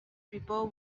people